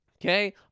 Okay